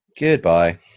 Goodbye